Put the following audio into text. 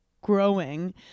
growing